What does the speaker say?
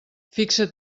fixa